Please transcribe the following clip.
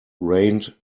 rained